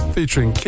Featuring